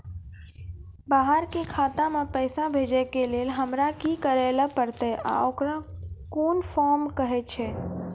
बाहर के खाता मे पैसा भेजै के लेल हमरा की करै ला परतै आ ओकरा कुन फॉर्म कहैय छै?